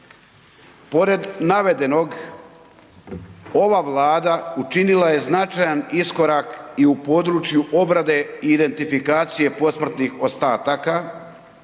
Pored navedenog, ova Vlada učinila je značajan iskorak i u području obrade identifikacije posmrtnih ostataka.